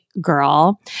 girl